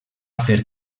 fer